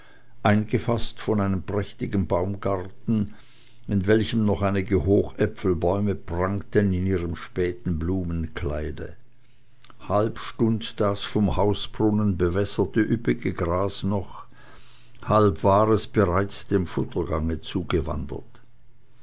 eingefaßt von einem prächtigen baumgarten in welchem noch einige hochäpfelbäume prangten in ihrem späten blumenkleide halb stund das vom hausbrunnen bewässerte üppige gras noch halb war es bereits dem futtergange zugewandert